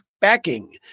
backing